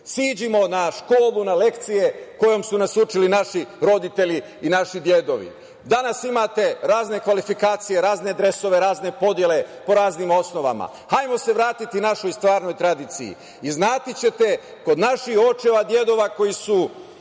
siđimo na školu, na lekcije kojom su nas učili naši roditelji i naše dedovi. Danas imate razne kvalifikacije, razne dresove, razne podele po raznim osnovama. Hajmo se vratiti našoj stvarnoj tradiciji. Iznaći ćete kod naših očeva, dedova koji su